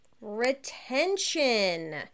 Retention